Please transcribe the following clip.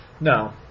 No